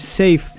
safe